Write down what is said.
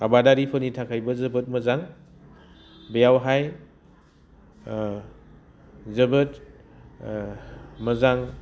आबादारिफोरनि थाखायबो जोबोद मोजां बेयावहाय जोबोद मोजां